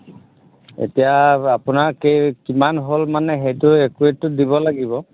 এতিয়া আপোনাৰ কিমান হ'ল মানে সেইটো একুৰেটটো দিব লাগিব